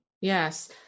Yes